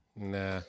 Nah